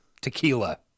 tequila